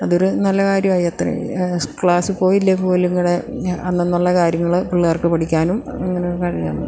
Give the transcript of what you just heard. അതൊരു നല്ല കാര്യമായി അത്രയും ക്ലാസ്സിൽ പോയില്ലേൽപ്പോലും ഇങ്ങടെ ഞാൻ അന്നന്നുള്ള കാര്യങ്ങൾ പിള്ളേർക്ക് പഠിക്കാനും അങ്ങനെയൊക്കെ കഴിയും